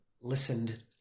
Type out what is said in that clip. listened